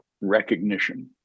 recognition